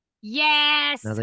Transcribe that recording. Yes